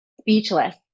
speechless